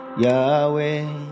yahweh